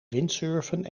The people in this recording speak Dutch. windsurfen